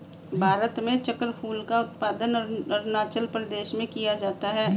भारत में चक्रफूल का उत्पादन अरूणाचल प्रदेश में किया जाता है